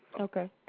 Okay